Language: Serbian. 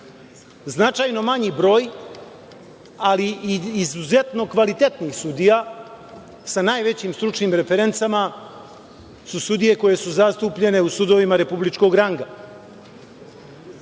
Značajno manji broj, ali izuzetno kvalitetnih sudija sa najvećim stručnim referencama su sudije koje su zastupljene u studijama republičkog ranga.